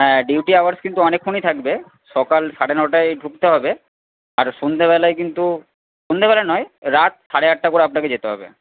হ্যাঁ duty hours কিন্তু অনেকক্ষণই থাকবে সকাল সাড়ে নটায় ঢুকতে হবে আর সন্ধ্যেবেলায় কিন্তু সন্ধ্যেবেলা নয় রাত সাড়ে আটটা করে আপনাকে যেতে হবে